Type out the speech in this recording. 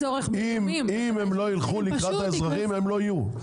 אם הם לא יילכו לקראת האזרחים הם לא יהיו.